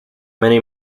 many